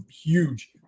huge